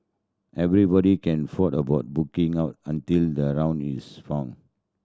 everybody can ford about booking out until the round is found